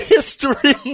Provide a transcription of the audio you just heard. History